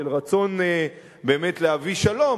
של רצון באמת להביא שלום.